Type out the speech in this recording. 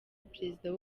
perezida